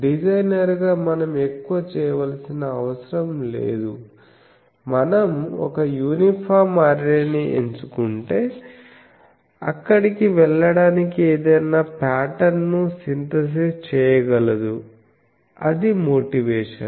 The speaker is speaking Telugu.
డిజైనర్గా మనం ఎక్కువ చేయవలసిన అవసరం లేదు మనం ఒక యూనిఫామ్ అర్రే ని ఎంచుకుంటే అక్కడికి వెళ్ళడానికి ఏదైనా పాటర్న్ ను సింథసిస్ చేయగలదు అది మోటివేషన్